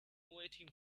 waiting